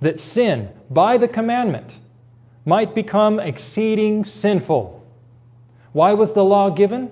that sin by the commandment might become exceeding sinful why was the law given?